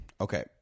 Okay